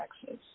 Texas